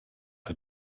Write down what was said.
had